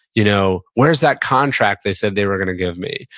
you know where's that contract they said they were going to give me.